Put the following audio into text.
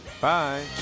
Bye